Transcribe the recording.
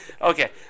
okay